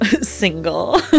single